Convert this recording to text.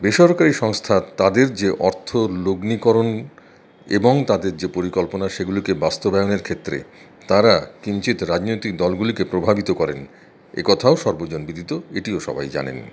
বেসরকারি সংস্থা তাদের যে অর্থ লগ্নিকরণ এবং তাদের যে পরিকল্পনা সেগুলিকে বাস্তবায়নের ক্ষেত্রে তারা কিঞ্চিত রাজনৈতিক দলগুলিকে প্রভাবিত করেন এ কথাও সর্বজনবিদিত এটিও সবাই জানেন